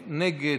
נגד,